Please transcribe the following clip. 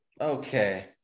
okay